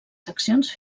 seccions